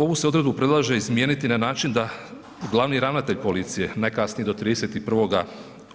Ovu se odredbu predlaže izmijeniti na način da glavni ravnatelj policije, najkasnije do 31.